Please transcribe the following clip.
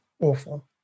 awful